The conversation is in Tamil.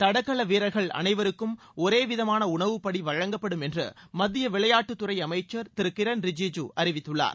தடகள வீரர்கள் அனைவருக்கும் ஒரேவிதமான உணவுப்படி வழங்கப்படும் என்று மத்திய விளையாட்டுத்துறை அமைச்சர் திரு கிரண் ரிஜிஜூ அறிவித்துள்ளார்